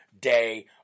day